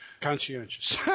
Conscientious